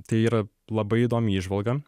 tai yra labai įdomi įžvalga